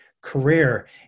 career